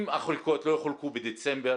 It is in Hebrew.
אם החלקות לא יחולקו בדצמבר